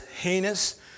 heinous